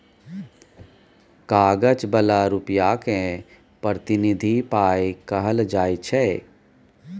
कागज बला रुपा केँ प्रतिनिधि पाइ कहल जाइ छै